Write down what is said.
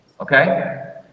okay